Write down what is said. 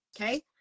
okay